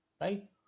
right